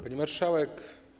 Pani Marszałek!